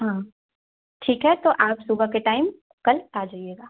हाँ ठीक है तो आप सुबह के टाइम कल आ जाइएगा